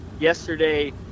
yesterday